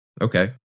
Okay